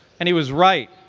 and he was right.